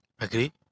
Agree